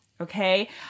okay